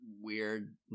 weird